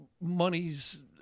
money's